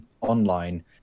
online